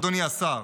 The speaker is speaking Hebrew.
אדוני השר,